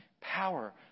power